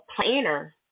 planner